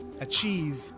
achieve